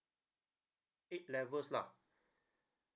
eight levels lah